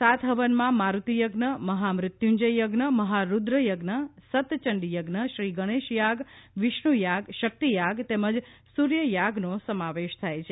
સાત હવનમાં મારુતિ યજ્ઞ મહા મૃત્યુંજય યજ્ઞ મહારુદ્ર યજ્ઞ સત ચંડીયજ્ઞ શ્રી ગણેશ યાગ વિષ્ણુયાગ શક્તિયાગ તેમજ સૂર્ય યાગનો સમાવેશ થાય છે